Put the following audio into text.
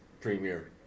premier